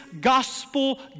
gospel